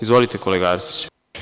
Izvolite kolega Arsiću.